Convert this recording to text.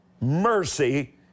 mercy